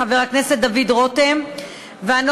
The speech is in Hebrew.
חבר הכנסת דוד רותם ואנוכי.